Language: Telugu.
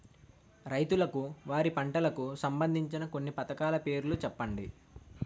రైతులకు వారి పంటలకు సంబందించిన కొన్ని పథకాల పేర్లు చెప్పండి?